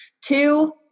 Two